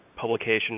publication